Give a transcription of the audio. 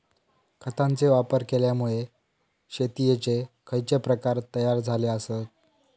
खतांचे वापर केल्यामुळे शेतीयेचे खैचे प्रकार तयार झाले आसत?